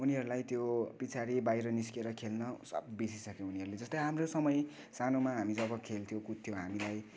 उनीहरूलाई त्यो पछाडि बाहिर निस्केर खेल्न सब बिर्सिसक्यो उनीहरूले जस्तै हाम्रो समय सानोमा हामी जब खेल्थ्यौँ कुद्थ्यौँ हामीलाई